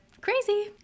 crazy